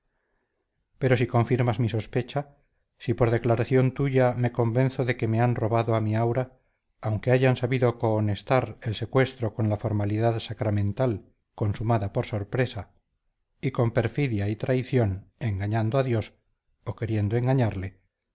pero si confirmas mi sospecha si por declaración tuya me convenzo de que me han robado a mi aura aunque hayan sabido cohonestar el secuestro con la formalidad sacramental consumada por sorpresa y con perfidia y traición engañando a dios o queriendo engañarle